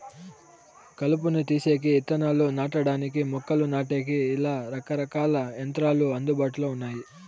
కలుపును తీసేకి, ఇత్తనాలు నాటడానికి, మొక్కలు నాటేకి, ఇలా రకరకాల యంత్రాలు అందుబాటులో ఉన్నాయి